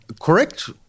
correct